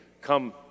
come